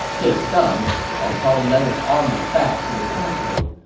this done, cao cao led his army back to the capital,